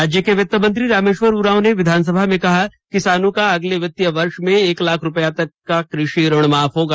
राज्य के वित्त मंत्री रामेश्वर उरांव ने विधानसभा में कहा किसानों का अगले वित्तीय वर्ष में एक लाख रुपया तक कृषि ऋण माफ होगा